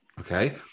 okay